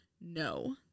no